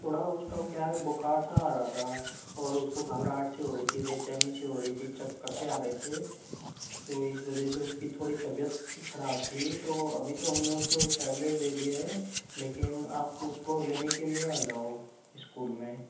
थोड़ा उसका क्या है बुखार सा आ रहा था और उसको घबराहट सी हो रही थी बेचैनी से हो रही थी चक्कर से आ रहे थे तो इस वजह से उसकी थोड़ी तबियत खराब थी तो अभी तो हमने उसको एक टैबलेट दे दी है लेकिन आपको उसको लेने के लिए आ जाओ स्कूल में